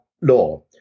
law